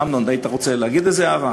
אמנון, היית רוצה להגיד איזה הערה?